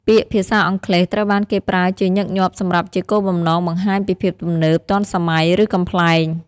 ពាក្យភាសាអង់គ្លេសត្រូវបានគេប្រើជាញឹកញាប់សម្រាប់ជាគោលបំណងបង្ហាញពីភាពទំនើប ទាន់សម័យ ឬកំប្លែង។